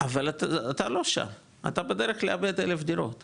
אבל אתה לא שם, אתה בדרך לאבד אלף דירות ולכן,